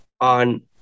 on